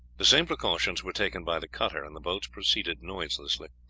the same precautions were taken by the cutter, and the boats proceeded noiselessly.